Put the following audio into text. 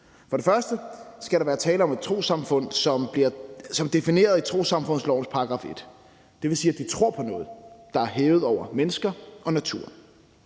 For det første skal der være tale om et trossamfund, som bliver defineret i trossamfundslovens § 1. Det vil sige, at de tror på noget, der er hævet over mennesker og naturen.